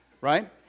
right